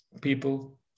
people